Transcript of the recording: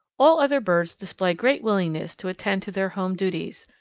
all other birds display great willingness to attend to their home duties,